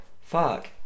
Fuck